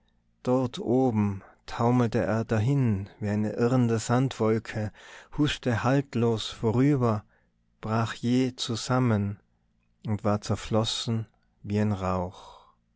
dort oben taumelte er dahin wie eine irrende sandwolke huschte haltlos vorüber brach jäh zusammen und war zerflossen wie ein rauch